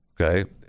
okay